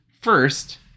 First